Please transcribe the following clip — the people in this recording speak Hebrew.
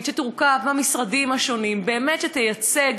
שתורכב מנציגי המשרדים השונים ובאמת תייצג,